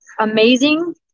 amazing